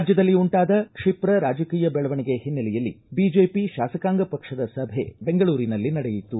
ರಾಜ್ಯದಲ್ಲಿ ಉಂಟಾದ ಕ್ಷೀಪ್ರ ರಾಜಕೀಯ ಬೆಳವಣಿಗೆ ಹಿನ್ನೆಲೆಯಲ್ಲಿ ಬಿಜೆಪಿ ಶಾಸಕಾಂಗ ಪಕ್ಷದ ಸಭೆ ಬೆಂಗಳೂರಿನಲ್ಲಿ ನಡೆಯಿತು